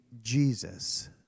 Jesus